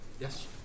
Yes